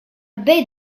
baie